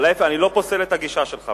אבל אני לא פוסל את הגישה שלך,